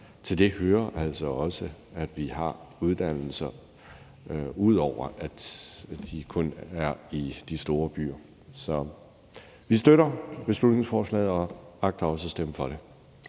til det hører altså også, at vi har uddannelser, der ikke kun ligger i de store byer. Så vi støtter beslutningsforslaget og agter også at stemme for det.